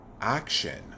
action